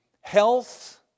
Health